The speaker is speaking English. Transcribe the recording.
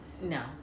no